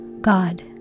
God